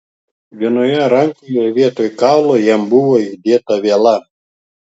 vienoje rankoje vietoj kaulo jam buvo įdėta viela